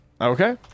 Okay